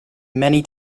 many